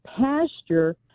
pasture